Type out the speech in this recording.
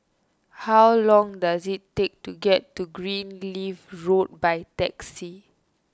how long does it take to get to Greenleaf Road by taxi